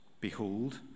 Behold